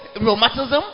rheumatism